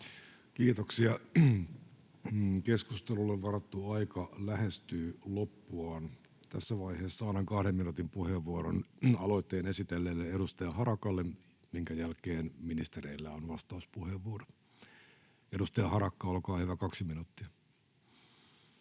Kiitoksia. — Keskustelulle varattu aika lähestyy loppuaan. Tässä vaiheessa annan kahden minuutin puheenvuoron aloitteen esitelleelle edustaja Harakalle, minkä jälkeen ministereillä on vastauspuheenvuoro. — Edustaja Harakka, olkaa hyvä, kaksi minuuttia.